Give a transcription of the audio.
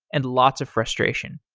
and lots of frustration.